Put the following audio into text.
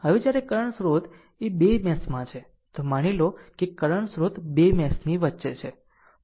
હવે જ્યારે કરંટ સ્ત્રોતએ બે મેશ માં છે તો માની લો કે કરંટ સ્ત્રોત બે મેશ ની વચ્ચે છે